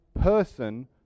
person